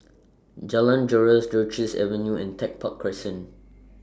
Jalan Joran's Duchess Avenue and Tech Park Crescent